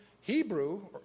Hebrew